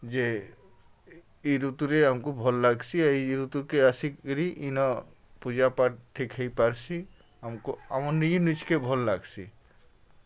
ଯେ ଇ ଋତୁରେ ଆମ୍କୁ ଭଲ୍ ଲାଗ୍ସି ଇ ଋତୁକେ ଆସିକିରି ଇନ ପୂଜାପାଠ୍ ଠିକ୍ ହେଇପାର୍ସି ଆମ୍କୁ ଆମର୍ ନିଜେ ନିଜ୍କେ ଭଲ୍ ଲାଗ୍ସି